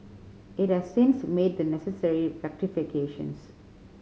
it has since made the necessary rectifications